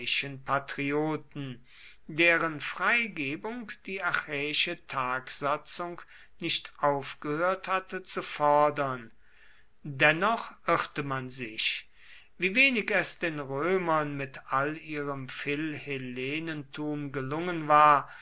patrioten deren freigebung die achäische tagsatzung nicht aufgehört hatte zu fordern dennoch irrte man sich wie wenig es den römern mit all ihrem philhellenentum gelungen war